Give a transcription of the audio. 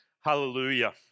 Hallelujah